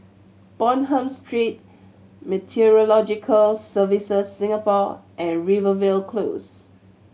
Bonham Street Meteorological Services Singapore and Rivervale Close